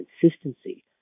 consistency